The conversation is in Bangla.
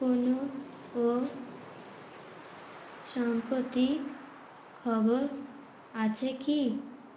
কোনো ও সাম্প্রতিক খবর আছে কি